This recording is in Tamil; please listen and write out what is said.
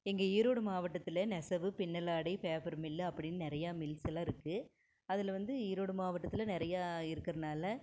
எங்கள் ஈரோடு மாவட்டத்தில் நெசவு பின்னலாடை பேப்பர் மில்லு அப்படின்னு நிறையா மில்ஸ் எல்லாம் இருக்குது அதில் வந்து ஈரோடு மாவட்டத்தில் நிறையா இருக்கிறனால